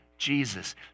Jesus